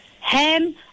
ham